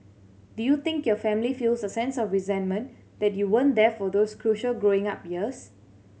do you think your family feels a sense of resentment that you weren't there for those crucial growing up years